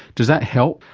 does that help?